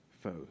foes